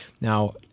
Now